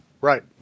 right